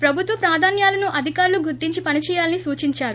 ప్రభుత్వ ప్రాధాన్యాలను అధికారులు గుర్తించి పనిచేయాలని సూచించారు